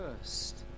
first